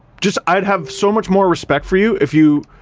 just, i'd have so much more respect for you if you,